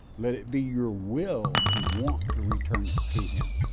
let it be your will to want to return it to him.